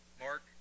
Mark